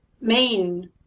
main